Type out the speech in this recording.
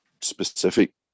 specific